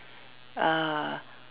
uh